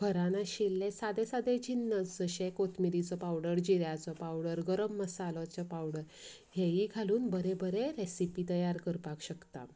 घरांत आशिल्लें सादे सादे जिन्नस जशे कोथमिरेचो पावडर जिऱ्याचो पावडर गरम मसाल्याचो पावडर हेंयी घालून बरें बरें रॅसिपी तयार करपाक शकता